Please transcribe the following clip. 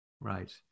Right